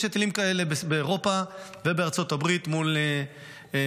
יש היטלים כאלה באירופה ובארצות הברית מול סין.